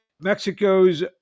Mexico's